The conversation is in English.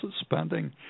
spending